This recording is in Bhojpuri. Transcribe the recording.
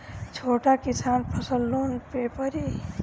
छोटा किसान फसल लोन ले पारी?